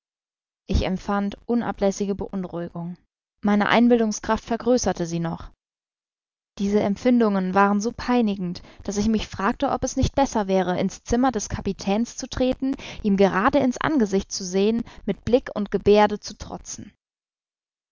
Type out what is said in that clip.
ich empfand unablässige beunruhigung meine einbildungskraft vergrößerte sie noch diese empfindungen waren so peinigend daß ich mich fragte ob es nicht besser wäre in's zimmer des kapitäns zu treten ihm gerade in's angesicht zu sehen mit blick und geberde zu trotzen